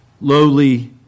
lowly